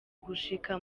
gushika